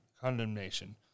condemnation